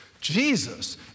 Jesus